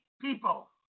people